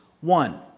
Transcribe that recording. one